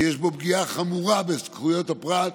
שיש בו פגיעה חמורה בזכויות הפרט,